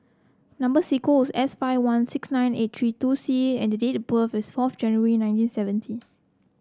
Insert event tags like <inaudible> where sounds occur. number <unintelligible> is S five one six nine eight three two C and the date of birth is fourth January nineteen seventy